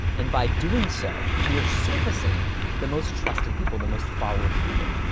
and by doing so, we are surfacing the most trusted people, the most followed people.